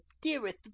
dearest